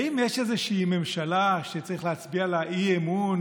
האם יש איזושהי ממשלה שצריך להצביע בה אי-אמון